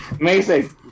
Amazing